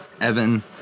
Evan